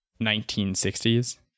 1960s